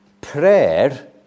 prayer